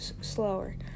slower